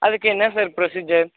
அதுக்கென்ன sir procedure